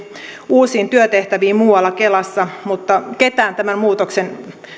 uusiin työtehtäviin muualla kelassa mutta ketään tämän muutoksen